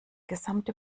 gesamte